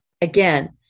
again